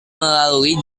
melalui